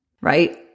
right